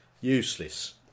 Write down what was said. Useless